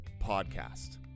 podcast